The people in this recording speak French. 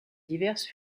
diverses